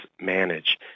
manage